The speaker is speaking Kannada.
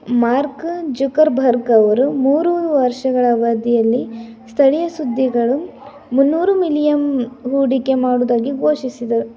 ಮಾರ್ಕ್ ಜುಕರ್ಬರ್ಗ್ ಅವರು ಮೂರು ವರ್ಷಗಳ ಅವಧಿಯಲ್ಲಿ ಸ್ಥಳೀಯ ಸುದ್ದಿಗಳು ಮುನ್ನೂರು ಮಿಲಿಯಂ ಹೂಡಿಕೆ ಮಾಡುದಾಗಿ ಘೋಷಿಸಿದರು